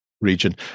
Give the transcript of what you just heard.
region